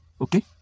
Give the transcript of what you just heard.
Okay